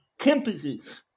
campuses